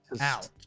out